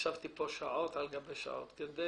ישבתי פה שעות על גבי שעות כדי